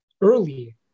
early